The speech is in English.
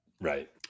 Right